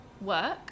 work